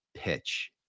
pitch